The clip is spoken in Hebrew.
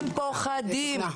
הם מפחדים,